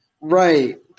Right